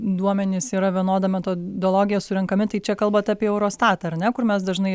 duomenys yra vienoda metodologija surenkami tai čia kalbat apie eurostatą ar ne kur mes dažnai